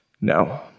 No